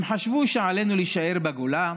הם חשבו שעלינו להישאר בגולה,